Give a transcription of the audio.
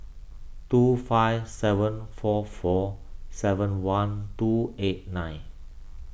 two five seven four four seven one two eight nine